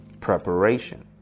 preparation